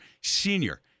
Senior